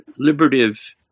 liberative